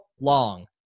long